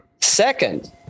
second